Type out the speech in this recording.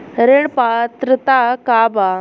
ऋण पात्रता का बा?